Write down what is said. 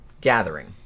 gathering